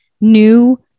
new